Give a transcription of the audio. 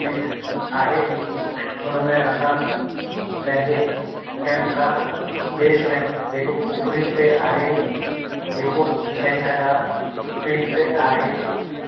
feet आहे हुनमें असां पंहिंजे कैम्प खां बेस कैम्प जेको कुफरी ते आहे जेको छह हज़ार फीट ते आहे